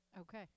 Okay